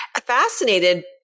Fascinated